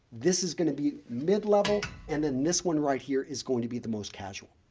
this is going to be mid-level, and then this one right here is going to be the most casual.